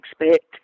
expect